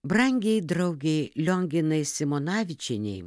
brangiai draugei lionginai simonavičienei